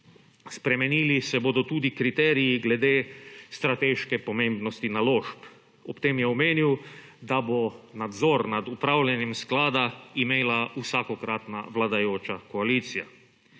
Spremenili se bodo tudi kriteriji glede strateške pomembnosti naložb. Ob tem je omenil, da bo nadzor nad upravljanjem sklada imela vsakokratna vladajoča koalicija.